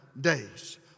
days